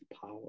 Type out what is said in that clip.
power